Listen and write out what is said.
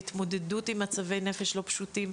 בהתמודדות עם מצבי נפש לא פשוטים,